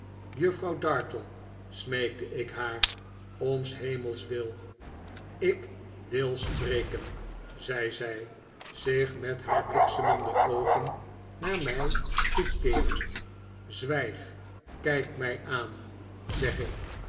juffrouw dartle smeekte ik haar om s hemels wil ik wil spreken zei zij zich met haar bliksemende oogen naar mij toekeerend zwijg kijk mij aan zeg ik